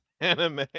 anime